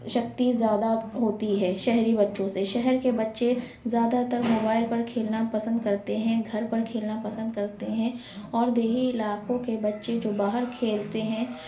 شکتی زیادہ ہوتی ہے شہری بچوں سے شہر کے بچے زیادہ تر موبائل پر کھیلنا پسند کرتے ہیں گھر پر کھیلنا پسند کرتے ہیں اور دیہی علاقوں کے بچے جو باہر کھیلتے ہیں